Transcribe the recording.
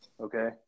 Okay